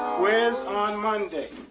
quiz on monday.